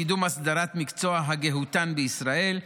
קידום אסדרת מקצוע הגיהותן בישראל,